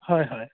হয় হয়